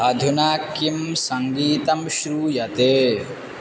अधुना किं सङ्गीतं श्रूयते